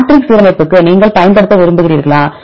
matrix சீரமைப்புக்கு நீங்கள் பயன்படுத்த விரும்புகிறீர்களா